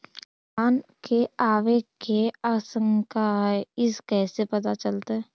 तुफान के आबे के आशंका है इस कैसे पता चलतै?